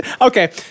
Okay